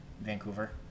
Vancouver